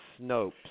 Snopes